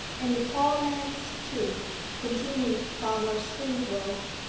and a tall man's, too continued farmer springrove.